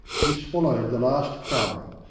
he swallowed the last crumb,